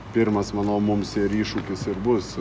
pirmas manau mums ir iššūkis ir bus